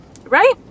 right